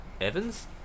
Evans